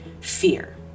Fear